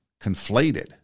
conflated